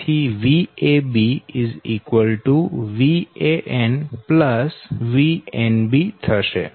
તેથી VAB VAn VnB થશે